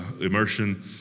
immersion